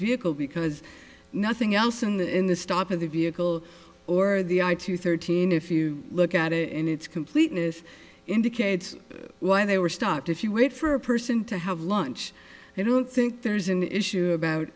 vehicle because nothing else in the in the stop of the vehicle or the i two thirteen if you look at it in its completeness indicates why they were stopped if you wait for a person to have lunch they don't think there's an issue about